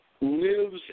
lives